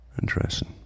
Interesting